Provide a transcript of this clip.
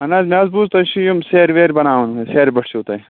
اَہن حظ مےٚ حظ بوٗز تُہۍ چھِو یِم سیرِ ویرِ بَناوان حظ سیرِ بٔٹھۍ چھُو تۄہہِ